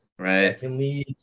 Right